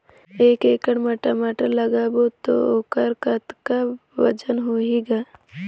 एक एकड़ म टमाटर लगाबो तो ओकर कतका वजन होही ग?